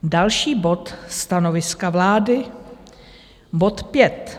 Další bod stanoviska vlády, bod 5: